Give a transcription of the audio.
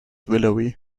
willowy